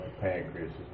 pancreas